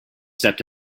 stepped